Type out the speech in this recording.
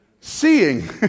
Seeing